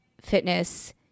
fitness